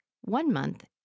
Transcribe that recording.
one-month